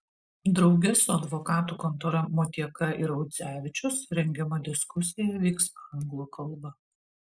drauge su advokatų kontora motieka ir audzevičius rengiama diskusija vyks anglų kalba